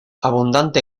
abundante